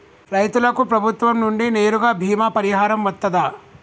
రైతులకు ప్రభుత్వం నుండి నేరుగా బీమా పరిహారం వత్తదా?